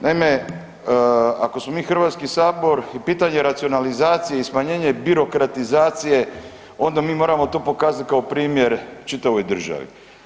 Naime, ako smo mi Hrvatski sabor i pitanje racionalizacije i smanjenje birokratizacije onda mi moramo to pokazati kao primjer čitavoj državi.